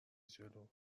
جلو